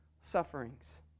sufferings